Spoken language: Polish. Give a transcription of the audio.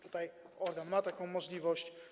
Tutaj organ ma taką możliwość.